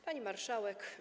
Pani Marszałek!